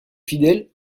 fidèles